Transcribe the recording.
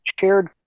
shared